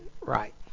right